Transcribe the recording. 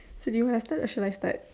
so do you wanna start or shall I start